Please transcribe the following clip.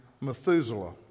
Methuselah